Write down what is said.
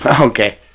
Okay